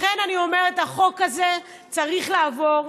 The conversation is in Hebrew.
לכן אני אומרת, החוק הזה צריך לעבור.